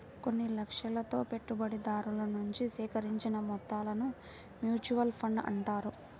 కొన్ని లక్ష్యాలతో పెట్టుబడిదారుల నుంచి సేకరించిన మొత్తాలను మ్యూచువల్ ఫండ్స్ అంటారు